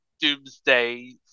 doomsday